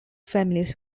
families